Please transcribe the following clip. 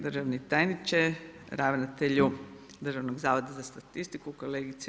Državni tajniče, ravnatelju Državnog zavoda za statistiku, kolegice i